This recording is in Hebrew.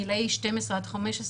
גילי 12 עד 15,